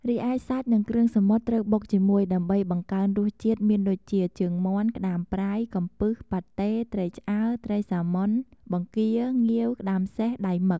រីឯសាច់និងគ្រឿងសមុទ្រត្រូវបុកជាមួយដើម្បីបង្កើនរសជាតិមានដូចជា ជើងមាន់ ក្ដាមប្រៃ កំពឹស ប៉ាត់តេ ត្រីឆ្អើរ ត្រីសាម៉ុន បង្គា ងាវ ក្ដាមសេះ ដៃមឹក។